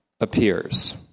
appears